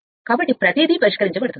కాబట్టి ప్రతిదీ పరిష్కరించబడుతుంది